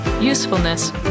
usefulness